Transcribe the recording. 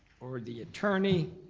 or the attorney.